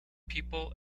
people